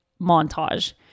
montage